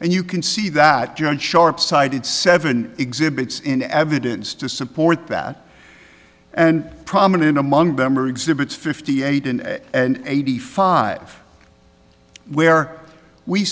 and you can see that judge sharp sighted seven exhibits in evidence to support that and prominent among them are exhibits fifty eight and eighty five where we